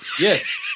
Yes